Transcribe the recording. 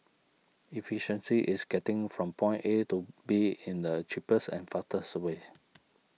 efficiency is getting from point A to B in the cheapest and fastest way